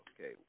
Okay